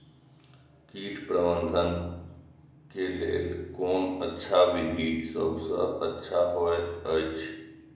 कीट प्रबंधन के लेल कोन अच्छा विधि सबसँ अच्छा होयत अछि?